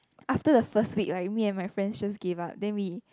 after the first week like me and my friend just gave up then we